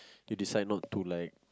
you decide not to like